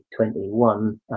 2021